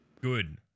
Good